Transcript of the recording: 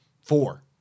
four